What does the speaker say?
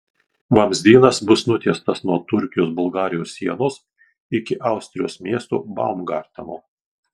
vamzdynas bus nutiestas nuo turkijos bulgarijos sienos iki austrijos miesto baumgarteno